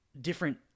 different